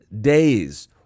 days